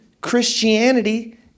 Christianity